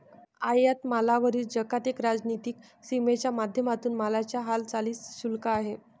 आयात मालावरील जकात एक राजनीतिक सीमेच्या माध्यमातून मालाच्या हालचालींच शुल्क आहे